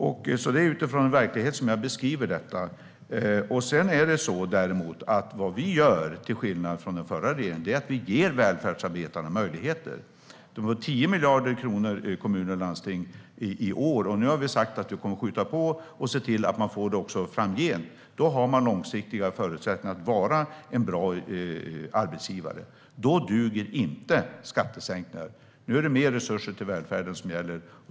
Det är alltså utifrån en verklighet som jag beskriver detta. Vad vi gör, till skillnad från den förra regeringen, är att vi ger välfärdsarbetarna möjligheter. Det handlar om 10 miljarder kronor till kommuner och landsting i år. Nu har vi sagt att vi kommer att se till att de får det också framgent. Då har de långsiktiga förutsättningar att vara bra arbetsgivare. Då duger inte skattesänkningar. Nu är det mer resurser till välfärden som gäller.